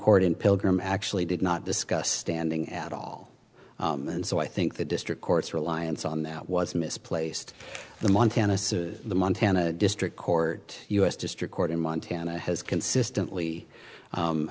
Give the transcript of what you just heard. court in pilgrim actually did not discuss standing at all and so i think the district court's reliance on that was misplaced the montana says the montana district court u s district court in montana has consistently